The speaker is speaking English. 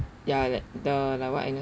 ya like the like what agne~